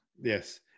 yes